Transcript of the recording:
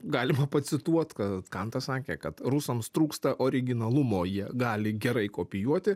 galima pacituot kad kantas sakė kad rusams trūksta originalumo jie gali gerai kopijuoti